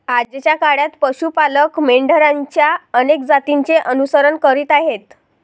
आजच्या काळात पशु पालक मेंढरांच्या अनेक जातींचे अनुसरण करीत आहेत